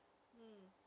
mm